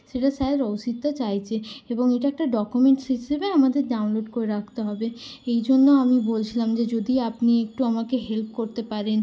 সেটা স্যার রশিদটা চাইছে এবং এটা একটা ডকুমেন্টস হিসেবে আমাদের ডাউনলোড করে রাখতে হবে এই জন্য আমি বলছিলাম যে যদি আপনি একটু আমাকে হেল্প করতে পারেন